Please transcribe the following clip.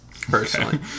personally